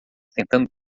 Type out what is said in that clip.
tentando